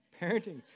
Parenting